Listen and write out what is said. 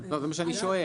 זה מה שאני שואל.